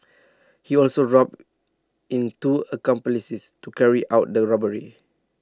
he also roped in two accomplices to carry out the robbery